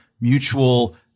mutual –